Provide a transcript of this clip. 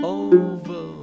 over